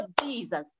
Jesus